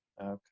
Okay